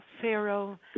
Pharaoh